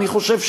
אני חושב,